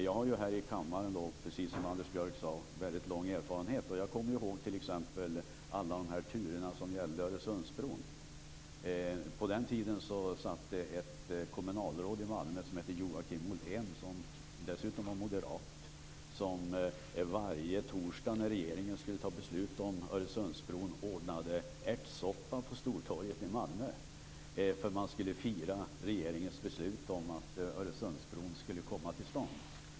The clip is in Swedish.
Jag har, precis som Anders Björck sade, väldigt lång erfarenhet av riksdagsarbete, och jag kommer ihåg alla turer som gällde Öresundsbron. På den tiden fanns det ett kommunalråd i Malmö som hette Joakim Ollén och som dessutom var moderat. Varje torsdag när regeringen skulle fatta beslut om Öresundsbron ordnade han med ärtsoppa på Stortorget i Malmö för att fira regeringens beslut om att Öresundsbron skulle komma till stånd.